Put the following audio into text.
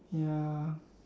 ya